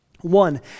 One